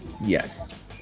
Yes